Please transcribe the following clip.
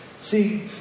See